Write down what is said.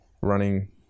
running